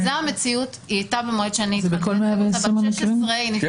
במועד שאני --- היא הייתה בת 16. היא